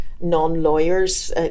non-lawyers